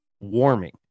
warming